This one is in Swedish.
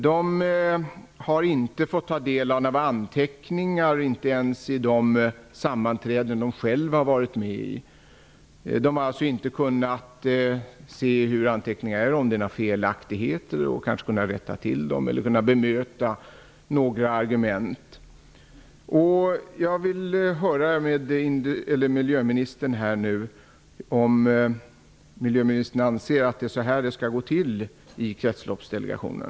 Man har inte fått ta del av några anteckningar, inte ens från de sammanträden där man själv har deltagit. Man har alltså inte kunnat se om det har förekommit några felaktigheter som hade kunnat rättas till. Man har inte heller kunnat bemöta några argument. Jag vill höra med miljöministern om han anser att det skall gå till så här i Kretsloppsdelegationen.